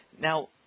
Now